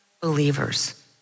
believers